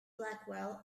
blackwell